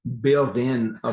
built-in